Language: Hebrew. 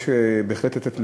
יש בהחלט לתת,